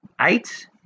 eight